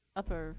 upper